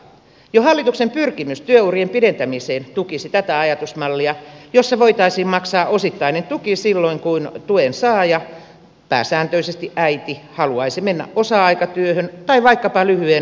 jo hallituksen pyrkimys työurien pidentämiseen tukisi tätä ajatusmallia jossa voitaisiin maksaa osittainen tuki silloin kun tuen saaja pääsääntöisesti äiti haluaisi mennä osa aikatyöhön tai vaikkapa lyhyeen määräaikaiseen työhön